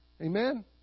Amen